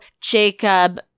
Jacob